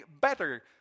better